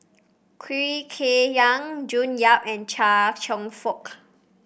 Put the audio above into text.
Khoo Kay Hian June Yap and Chia Cheong Fook